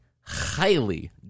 highly